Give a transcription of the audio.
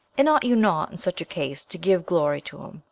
and ought you not, in such a case, to give glory to him,